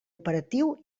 operatiu